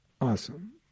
awesome